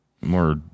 more